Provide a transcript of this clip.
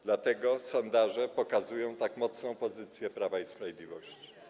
Dlatego sondaże pokazują tak mocną pozycję Prawa i Sprawiedliwości.